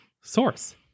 source